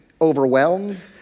overwhelmed